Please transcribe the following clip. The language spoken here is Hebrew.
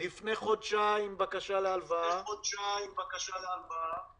לפני חודשיים בקשה להלוואה